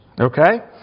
Okay